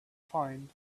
find